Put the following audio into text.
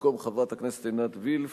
במקום חברת הכנסת עינת וילף